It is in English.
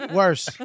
worse